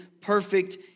perfect